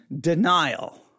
denial